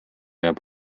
jääb